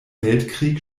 weltkrieg